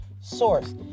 source